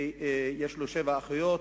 יש לו שבע אחיות,